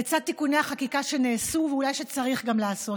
לצד תיקוני החקיקה שנעשו ושאולי צריך גם לעשות,